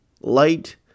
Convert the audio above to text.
light